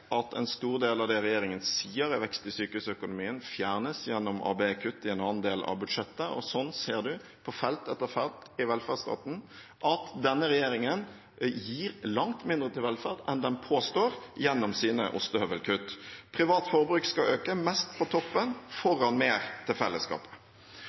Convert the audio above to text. at en stor del av det regjeringen sier er vekst i sykehusøkonomien, fjernes gjennom ABE-kutt i en annen del av budsjettet. Det ser man på felt etter felt i velferdsstaten, at denne regjeringen gir langt mindre til velferd enn den påstår, gjennom sine ostehøvelkutt. Privat forbruk skal øke mest på toppen